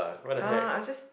!huh! I just